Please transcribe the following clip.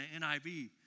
NIV